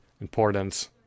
importance